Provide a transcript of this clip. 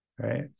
right